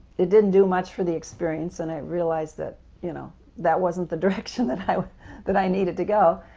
it didn't do much for the experience and i realized that you know that wasn't the direction that i that i needed to go.